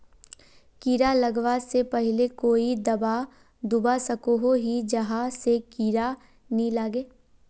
कीड़ा लगवा से पहले कोई दाबा दुबा सकोहो ही जहा से कीड़ा नी लागे?